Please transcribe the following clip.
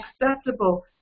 acceptable